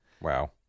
Wow